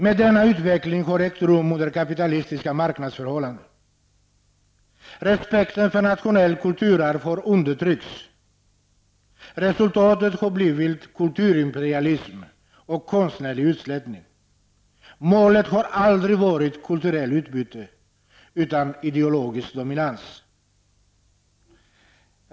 Men denna utveckling har ägt rum under kapitalistiska marknadsförhållanden. Respekten för nationellt kulturarv har undertryckts. Resultatet har blivit kulturimperialism och konstnärlig utslätning. Målet har aldrig varit kulturellt utbyte, utan ideologisk dominans.